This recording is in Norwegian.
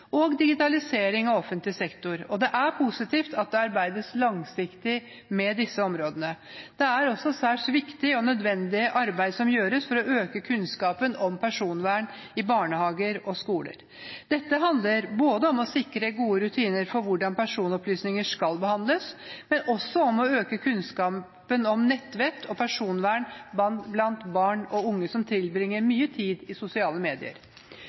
og digitalisering av offentlig sektor. Det er positivt at det arbeides langsiktig med disse områdene. Det er også et særs viktig og nødvendig arbeid som gjøres for å øke kunnskapen om personvern i barnehager og skoler. Dette handler om å sikre gode rutiner for hvordan personopplysninger skal behandles, men også om å øke kunnskapen om nettvett og personvern blant barn og unge som tilbringer mye tid i sosiale medier.